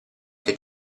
che